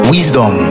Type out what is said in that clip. Wisdom